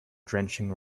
drenching